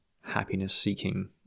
happiness-seeking